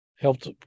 Helped